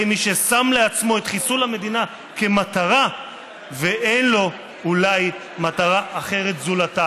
מי ששם לעצמו את חיסול המדינה כמטרה ואין לו אולי מטרה אחרת זולתה".